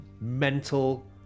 mental